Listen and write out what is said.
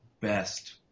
best